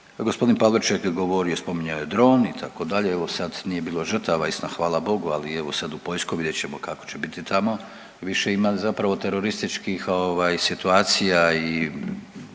Gospodin Pavliček je govorio, spominjao je dron itd. Evo sad nije bilo žrtava istina hvala Bogu. Ali evo sad u Poljskoj vidjet ćemo kako će biti tamo, više ima zapravo terorističkih situacija i